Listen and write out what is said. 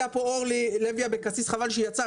היתה פה אורלי לוי אבקסיס, חבל שהיא יצאה.